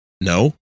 No